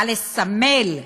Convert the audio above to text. בא לסמל,